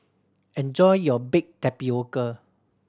enjoy your baked tapioca